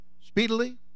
speedily